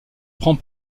prend